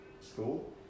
school